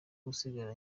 gusigara